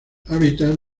hábitats